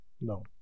No